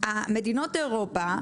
מדינות אירופה,